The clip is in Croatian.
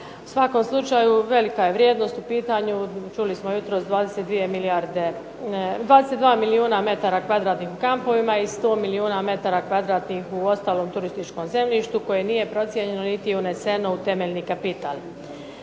U svakom slučaju velika je vrijednost u pitanju. Čuli smo jutros 22 milijuna metara kvadratnih u kampovima i 100 milijuna metara kvadratnih u ostalom turističkom zemljištu koje nije procijenjeno niti uneseno u temeljni kapital.